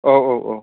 औ औ औ